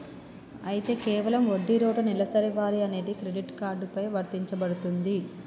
అయితే కేవలం వడ్డీ రేటు నెలవారీ అనేది క్రెడిట్ కార్డు పై వర్తించబడుతుంది